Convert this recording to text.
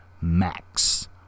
Max